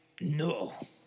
No